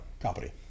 company